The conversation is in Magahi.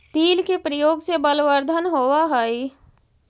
तिल के प्रयोग से बलवर्धन होवअ हई